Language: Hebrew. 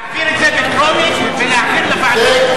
להעביר את זה בטרומית ולהכין בוועדה,